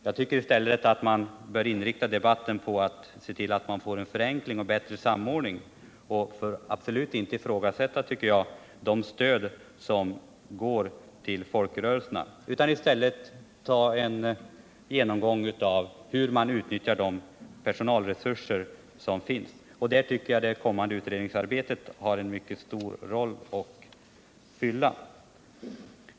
Jag tycker i stället att man bör inrikta debatten på att försöka få till stånd en förenkling och bättre samordning. Man bör absolut inte ifrågasätta det stöd som går till folkrörelserna utan i stället göra en genomgång av hur de personella resurser som finns utnyttjas. Härvidlag tycker jag att det kommande utredningsarbetet har en mycket stor betydelse.